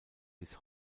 bis